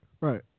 Right